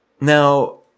Now